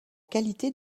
qualité